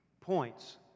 points